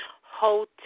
Hotel